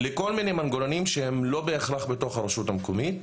לכל מיני מנגנונים שהם לא בהכרח בתוך הרשות המקומית.